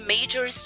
Major